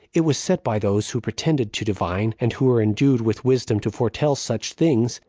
it was said by those who pretended to divine, and who were endued with wisdom to foretell such things,